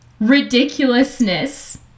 Ridiculousness